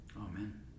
Amen